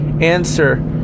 answer